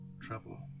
trouble